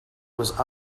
was